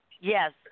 Yes